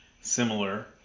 similar